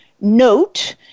Note